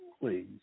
Please